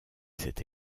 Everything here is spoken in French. cette